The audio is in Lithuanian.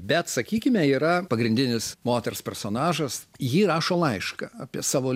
bet sakykime yra pagrindinis moters personažas ji rašo laišką apie savo